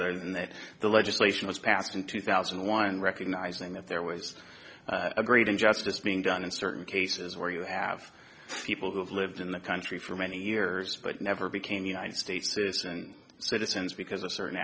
other than that the legislation was passed in two thousand and one recognizing that there was a great injustice being done in certain cases where you have people who have lived in the country for many years but never became united states serious and citizens because of certain